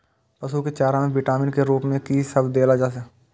पशु के चारा में विटामिन के रूप में कि सब देल जा?